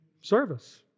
service